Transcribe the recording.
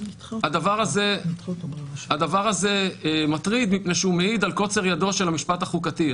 הדבר הזה מטריד מפני שהוא מעיד על קוצר ידו של המשפט החוקתי.